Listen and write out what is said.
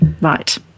Right